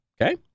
Okay